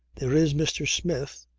there is mr. smith,